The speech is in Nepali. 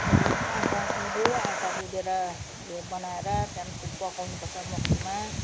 के अरे आँटा गुद्यो आटा गुँदेर यो बनाएर त्यहाँदिखिको पकाउनु पर्छ मक्टुमा